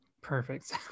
perfect